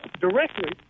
directly